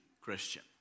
Christian